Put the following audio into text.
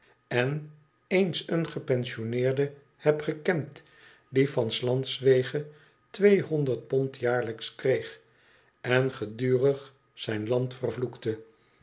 en eens een gepensioneerde heb gekend die van s landswege tweehonderd pond jaarlijks kreeg en gedurig zijn land vervloekte